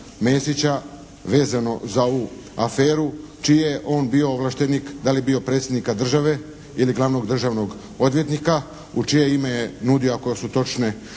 Mesića vezano za ovu aferu. Čiji je on bio ovlaštenik? Da li je bio Predsjednika Države ili Glavnog državnog odvjetnika? U čije ime je nudio, ako su točne